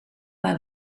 maar